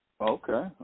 Okay